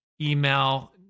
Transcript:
email